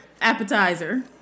appetizer